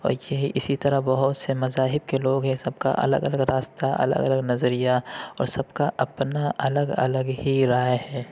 اور یہ اسی طرح بہت سے مذاہب کے لوگ یہ سب کا الگ الگ راستہ الگ الگ نظریہ اور سب کا اپنا الگ الگ ہی رائے ہے